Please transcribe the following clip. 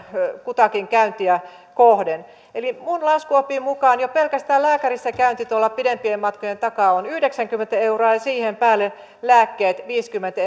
kutakin käyntiä kohden eli minun laskuoppini mukaan jo pelkästään lääkärissä käynti tuolta pidempien matkojen takaa on yhdeksänkymmentä euroa ja siihen päälle kun tulee lääkkeet viisikymmentä